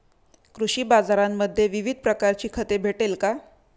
कृषी बाजारांमध्ये विविध प्रकारची खते भेटेल का?